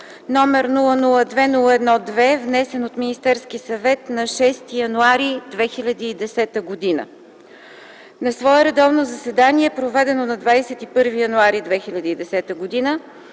№ 002-01-2, внесен от Министерския съвет на 6 януари 2010 г. „На свое редовно заседание, проведено на 21 януари 2010 г.,